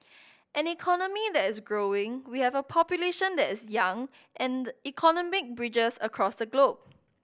an economy that is growing we have a population that is young and economic bridges across the globe